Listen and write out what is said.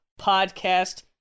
podcast